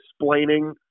explaining